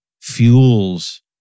fuels